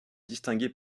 distingués